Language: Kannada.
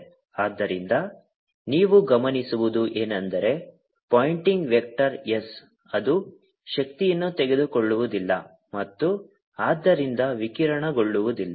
ಆದ್ದರಿಂದ ನೀವು ಗಮನಿಸುವುದು ಏನೆಂದರೆ ಪಾಯಿಂಟಿಂಗ್ ವೆಕ್ಟರ್ s ಅದು ಶಕ್ತಿಯನ್ನು ತೆಗೆದುಕೊಳ್ಳುವುದಿಲ್ಲ ಮತ್ತು ಆದ್ದರಿಂದ ವಿಕಿರಣಗೊಳ್ಳುವುದಿಲ್ಲ